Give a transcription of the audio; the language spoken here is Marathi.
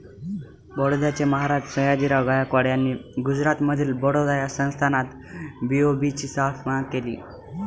बडोद्याचे महाराज सयाजीराव गायकवाड यांनी गुजरातमधील बडोदा या संस्थानात बी.ओ.बी ची स्थापना केली